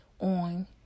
on